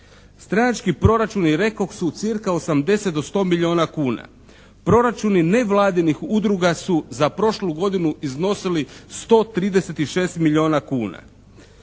Stranački proračuni, rekoh, su cca 80 do 100 milijuna kuna. Proračuni nevladinih udruga su za prošlu godinu iznosili 136 milijuna kuna.